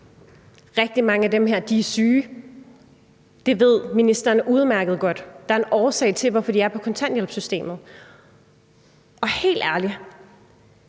Rigtig mange af dem her er syge. Det ved ministeren udmærket godt. Der er en årsag til, at de er i kontanthjælpssystemet. Helt ærligt,